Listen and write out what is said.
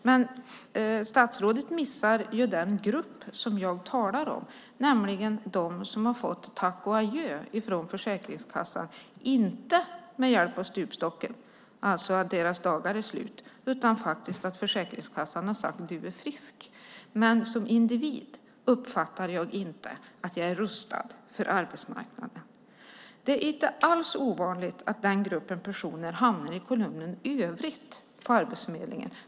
Men statsrådet missar den grupp som jag talar om, nämligen de som har fått tack och adjö från Försäkringskassan, inte med hjälp av stupstocken, det vill säga att deras dagar är slut, utan därför att Försäkringskassan har sagt att de är friska, men som individer uppfattar de inte att de är rustade för arbetsmarknaden. Det är inte alls ovanligt att den gruppen personer hamnar i kolumnen övrigt på Arbetsförmedlingen.